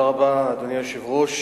אדוני היושב-ראש,